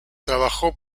trabajo